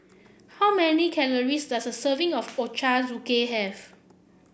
how many calories does serving of Ochazuke have